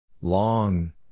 Long